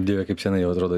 dieve kaip seniai jau atrodo